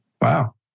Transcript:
wow